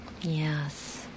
Yes